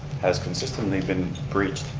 has consistently been breached.